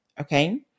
Okay